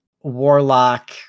warlock